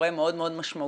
גורם מאוד מאוד משמעותי,